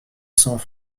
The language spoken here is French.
cents